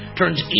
turns